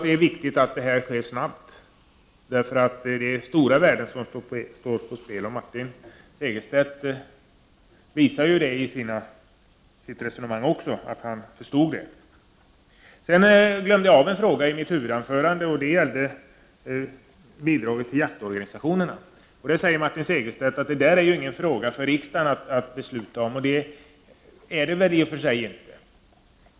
Det är viktigt att detta sker snabbt, eftersom det är stora värden som står på spel. Martin Segerstedt visade också genom sitt resonemang att han förstått det. Jag glömde i mitt huvudanförande att ta upp frågan om bidrag till jaktorganisationerna. Martin Segerstedt säger att detta inte är en fråga för riksdagen att besluta om. Det är väl i och för sig riktigt.